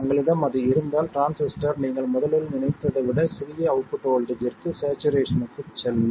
உங்களிடம் அது இருந்தால் டிரான்சிஸ்டர் நீங்கள் முதலில் நினைத்ததை விட சிறிய அவுட்புட் வோல்ட்டேஜ்ற்கு ஸ்சேச்சுரேசன்க்குச் செல்லும்